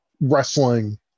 wrestling